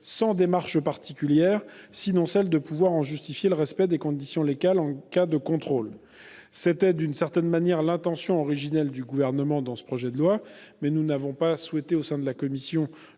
sans démarche particulière, sinon celle de justifier du respect des conditions légales en cas de contrôle. C'était, d'une certaine manière, l'intention originelle du Gouvernement dans ce projet de loi, mais la commission n'a pas souhaité le suivre dans